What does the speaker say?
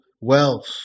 wealth